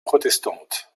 protestante